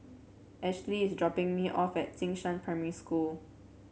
Ashely is dropping me off at Jing Shan Primary School